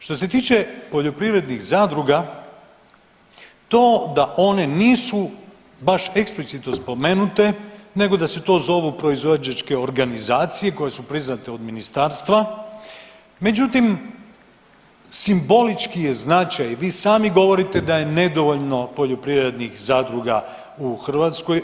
Što se tiče poljoprivrednih zadruga, to da one nisu baš eksplicitno spomenute nego da se to zovu proizvođačke organizacije koje su priznate od ministarstva, međutim simbolički je značaj i vi sami govorite da je nedovoljno poljoprivrednih zadruga u Hrvatskoj.